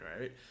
Right